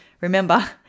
remember